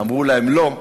אמרו להם: לא,